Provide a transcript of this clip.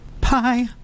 pie